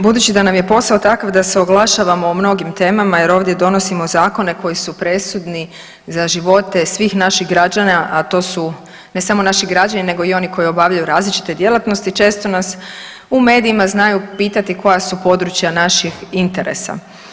Budući da nam je posao takav da se oglašavamo o mnogim temama jer ovdje donosimo zakone koji su presudni za živote svih naših građana, a to su ne samo naši građani nego i oni koji obavljaju različite djelatnosti često nas u medijima znaju pitati koja su područja naših interesa.